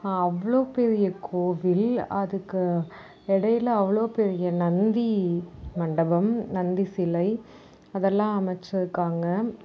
அவ்வளோ பெரிய கோவில் அதுக்கு இடைல அவ்வளோ பெரிய நந்தி மண்டபம் நந்தி சிலை அதெல்லாம் அமைச்சிருக்காங்க